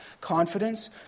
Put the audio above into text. confidence